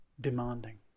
demanding